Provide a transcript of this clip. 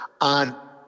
on